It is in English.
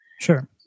sure